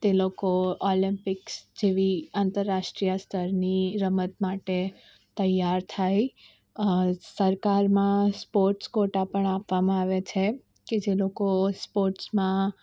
તે લોકો ઓલમ્પિક્સ જેવી આંતરરાષ્ટ્રીય સ્તરની રમત માટે તૈયાર થાય સરકારમાં સ્પોર્ટ્સ કોટા પણ આપવામાં આવે છે કે જે લોકો સ્પોર્ટ્સમાં